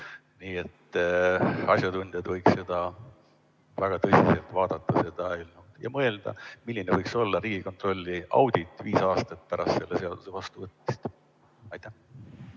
Nii et asjatundjad võiks väga tõsiselt vaadata seda eelnõu ja mõelda, et milline võiks olla Riigikontrolli audit viis aastat pärast selle seaduse vastuvõtmist. Aitäh!